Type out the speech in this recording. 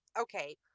okay